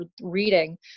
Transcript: reading